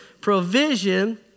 provision